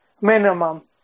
minimum